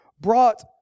brought